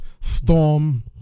Storm